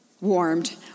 warmed